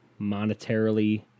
monetarily